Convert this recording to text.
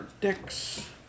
dicks